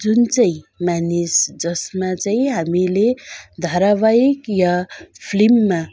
जुन चाहिँ मानिस जसमा चाहिँ हामीले धारावाहिक वा फिल्ममा